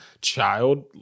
child